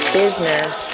business